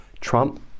Trump